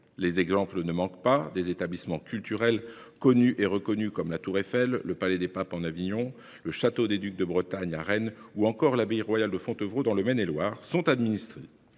Les exemples ne manquent pas : des établissements culturels, connus et reconnus, comme la tour Eiffel, le Palais des papes à Avignon, le château des ducs de Bretagne à Rennes ou encore l'abbaye royale de Fontevraud dans le Maine-et-Loire, sont administrés